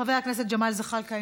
חבר הכנסת ג'מאל זחאלקה,